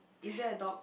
it's that a dog